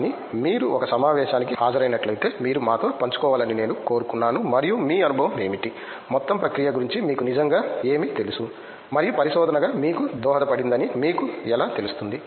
కాబట్టి మీరు ఒక సమావేశానికి హాజరైనట్లయితే మీరు మాతో పంచుకోవాలని నేను కోరుకున్నాను మరియు మీ అనుభవం ఏమిటి మొత్తం ప్రక్రియ గురించి మీకు నిజంగా ఏమి తెలుసు మరియు పరిశోధనగా మీకు దోహదపడిందని మీకు ఎలా తెలుస్తుంది